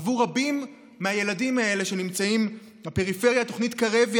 עבור רבים מהילדים האלה שנמצאים בפריפריה תוכנית קרב היא